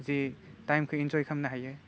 जे टाइमखौ इन्जय खालामनो हायो